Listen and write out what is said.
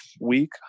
week